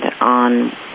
on